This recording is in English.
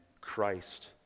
Christ